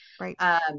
Right